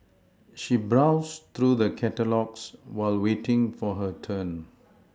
she browsed through the catalogues while waiting for her turn